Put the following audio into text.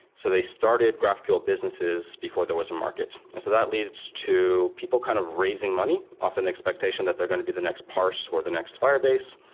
so they started graphql businesses before there was a market. and so that leads to people kind of raising money, often expectation that they're going to be the next parse or the next firebase.